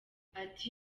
ati